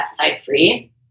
pesticide-free